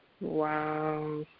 Wow